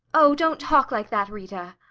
oh, don't talk like that, rita.